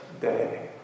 day